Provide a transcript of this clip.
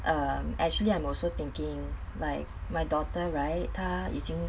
um actually I'm also thinking like my daughter right 他已经